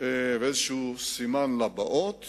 ואיזה סימן לבאות